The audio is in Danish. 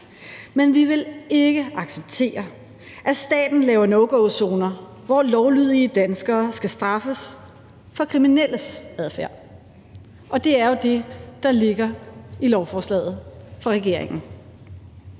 men vi vil ikke acceptere, at staten laver no go-zoner, hvor lovlydige danskere skal straffes for kriminelles adfærd, og det er jo det, der ligger i lovforslaget fra regeringen.